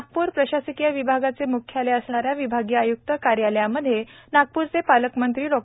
नागपूर प्रशासकीय विभागाचे मुख्यालय असणा या विभागीय आय्क्त कार्यालयामध्ये नागपूरचे पालकमंत्री डॉ